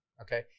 okay